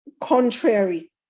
contrary